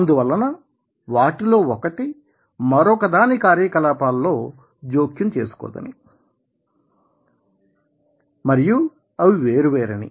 అందువలన వాటిలో ఒకటి మరొకదాని కార్యకలాపాలలో జోక్యం చేసుకోవని మరియు అవి వేరు వేరని